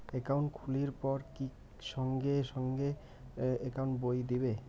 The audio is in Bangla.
একাউন্ট খুলির পর কি সঙ্গে সঙ্গে একাউন্ট বই দিবে?